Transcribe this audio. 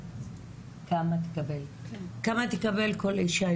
כמה יותר תקבל כל אישה?